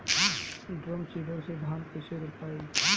Drum seeder से धान कैसे रोपाई?